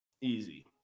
Easy